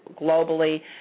globally